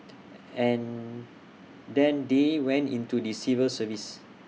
and then they went into the civil service